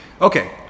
Okay